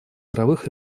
мировых